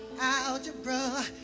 algebra